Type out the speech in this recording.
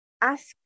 ask